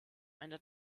einer